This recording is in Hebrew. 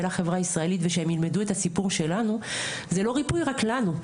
החברה הישראלית ושהם ילמדו את הסיפור שלנו זה לא ריפוי רק לנו,